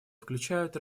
включают